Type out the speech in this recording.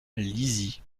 lizy